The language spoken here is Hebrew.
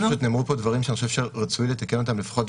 נאמרו פה דברים שאני חושב שרצוי לתקן אותם לפחות,